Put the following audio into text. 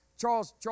Charles